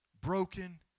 broken